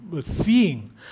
seeing